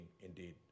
indeed